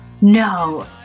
No